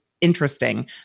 interesting